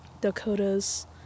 dakotas